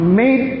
made